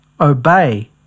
Obey